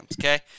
okay